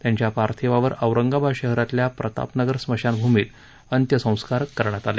त्यांच्या पार्थिवावर औरंगाबाद शहरातल्या प्रतापनगर स्मशानभूमीत अंत्यसंस्कार करण्यात आले